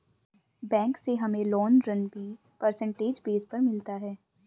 bank से हमे loan ऋण भी परसेंटेज बेस पर मिलता है